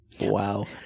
Wow